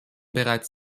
bereits